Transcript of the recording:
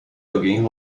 alguém